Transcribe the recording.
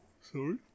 Sorry